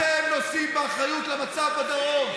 אתה נתת להם, אתם נושאים באחריות למצב בדרום.